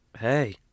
hey